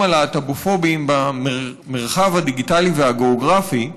הלהט"בופוביים במרחב הדיגיטלי והגיאוגרפי,